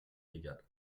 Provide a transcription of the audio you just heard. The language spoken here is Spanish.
llegar